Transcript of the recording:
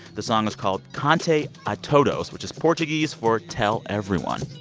the song is called conte a todos, which is portuguese for tell everyone